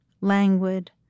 languid